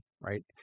right